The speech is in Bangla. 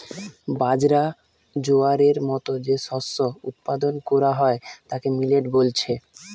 বাজরা, জোয়ারের মতো যে শস্য উৎপাদন কোরা হয় তাকে মিলেট বলছে